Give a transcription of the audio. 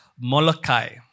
Molokai